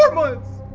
ah months